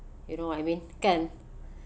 you know what I mean kan